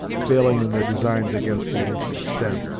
failing in their designs against the ancient stem.